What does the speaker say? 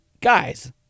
guys